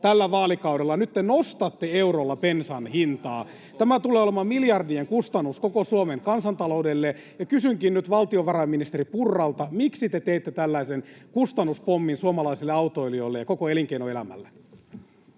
tällä vaalikaudella. Nyt te nostatte eurolla bensan hintaa. Tämä tulee olemaan miljardien kustannus koko Suomen kansantaloudelle, ja kysynkin nyt valtiovarainministeri Purralta: miksi te teette tällaisen kustannuspommin suomalaisille autoilijoille ja koko elinkeinoelämälle?